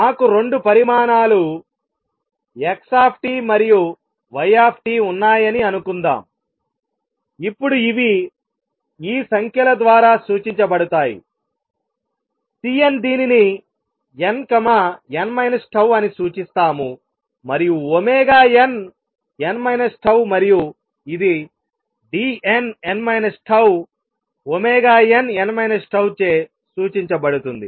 నాకు రెండు పరిమాణాలు X మరియు Y ఉన్నాయని అనుకుందాం ఇప్పుడు ఇవి ఈ సంఖ్యల ద్వారా సూచించబడతాయి Cn దీనిని n n τ అని సూచిస్తాము మరియు ఒమేగా n n τ మరియు ఇది Dnn τ nn τచే సూచించబడుతుంది